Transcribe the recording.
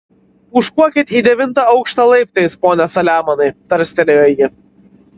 pūškuokit į devintą aukštą laiptais pone saliamonai tarstelėjo ji